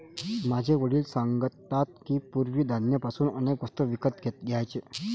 माझे वडील सांगतात की, पूर्वी धान्य पासून अनेक वस्तू विकत घ्यायचे